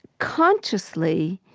consciously,